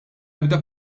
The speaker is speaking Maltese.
ebda